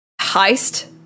heist